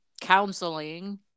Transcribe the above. counseling